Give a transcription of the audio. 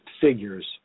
figures